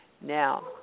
Now